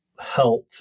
health